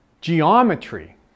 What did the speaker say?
geometry